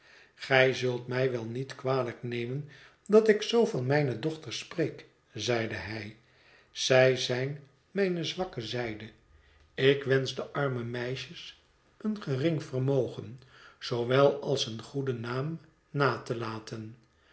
gij zult mij wel niet kwalijk nemen dat ik zoo van mijne dochters spreek zeide hij zij zijn mijne zwakke zijde ik wensch de arme meisjes een gering vermogen zoowel als een goeden naam na te laten